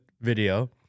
video